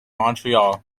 montreal